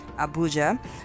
Abuja